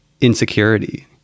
insecurity